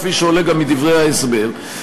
כפי שעולה גם מדברי ההסבר.